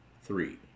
three